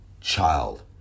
child